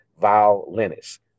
violinist